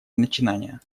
начинания